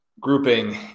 grouping